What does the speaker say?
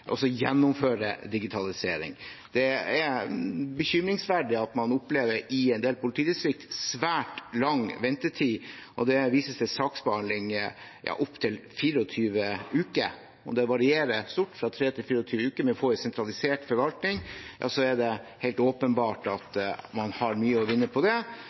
digitalisering. Det er bekymringsverdig at man i en del politidistrikt opplever svært lang ventetid, det vises til saksbehandlingstid på opptil 24 uker. Det varierer stort, fra 3 til 24 uker, så det er helt åpenbart at man har mye vinne på å få en sentralisert forvaltning. Det